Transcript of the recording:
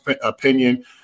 opinion